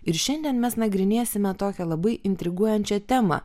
ir šiandien mes nagrinėsime tokią labai intriguojančią temą